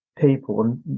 people